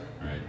right